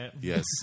Yes